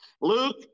Luke